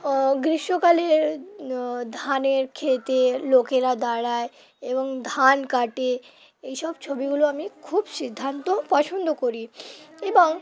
গ্রীষ্মকালে ধানের কেতে লোকেরা দাঁড়ায় এবং ধান কাটে এইসব ছবিগুলো আমি খুব সিদ্ধান্ত পছন্দ করি এবং